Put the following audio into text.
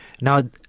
Now